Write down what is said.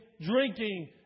drinking